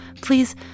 please